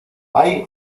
hay